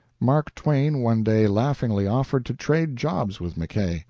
mark twain one day laughingly offered to trade jobs with mackay.